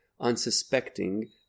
unsuspecting